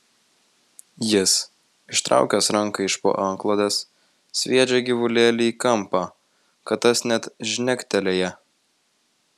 jis ištraukęs ranką iš po antklodės sviedžia gyvulėlį į kampą kad tas net žnektelėja